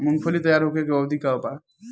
मूँगफली तैयार होखे के अवधि का वा?